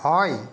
হয়